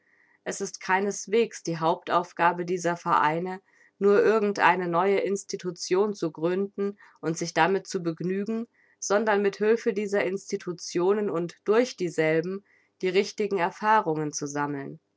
es ist keineswegs die hauptaufgabe dieser vereine nur irgend eine neue institution zu gründen und sich damit zu begnügen sondern mit hülfe dieser institutionen und durch dieselben die richtigen erfahrungen zu sammeln